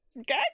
Okay